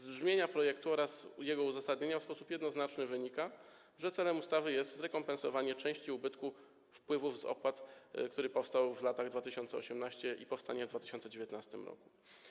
Z brzmienia projektu oraz jego uzasadnienia w sposób jednoznaczny wynika, że celem ustawy jest zrekompensowanie części ubytku wpływów z opłat, który powstał w 2018 r. i powstanie w 2019 r.